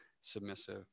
submissive